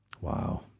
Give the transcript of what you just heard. Wow